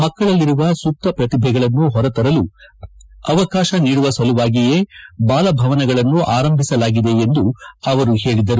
ಮಕ್ಕಳಲ್ಲಿರುವ ಸುತ್ತ ಪ್ರತಿಭೆಗಳನ್ನು ಹೊರತರಲು ಅವಕಾಶ ನೀಡುವ ಸಲುವಾಗಿಯೇ ಬಾಲಭವನಗಳನ್ನು ಆರಂಭಿಸಲಾಗಿದೆ ಎಂದು ಅವರು ಹೇಳಿದರು